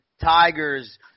Tigers